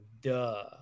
duh